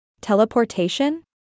Teleportation